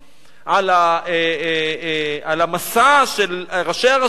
על המשא של ראשי הרשויות,